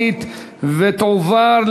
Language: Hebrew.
התשע"ג 2013,